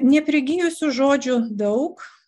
neprigijusių žodžių daug